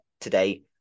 today